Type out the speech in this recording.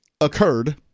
occurred